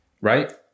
right